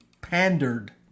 pandered